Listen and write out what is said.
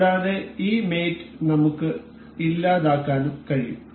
കൂടാതെ ഈ മേറ്റ് നമുക്ക് ഇല്ലാതാക്കാനും കഴിയും